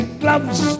gloves